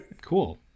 Cool